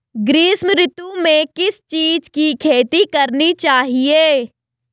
ग्रीष्म ऋतु में किस चीज़ की खेती करनी चाहिये?